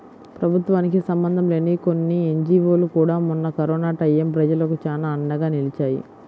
ప్రభుత్వానికి సంబంధం లేని కొన్ని ఎన్జీవోలు కూడా మొన్న కరోనా టైయ్యం ప్రజలకు చానా అండగా నిలిచాయి